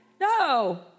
No